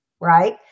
right